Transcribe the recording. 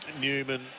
Newman